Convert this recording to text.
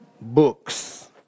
books